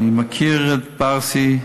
אני מכיר את ברסי,